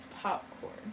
popcorn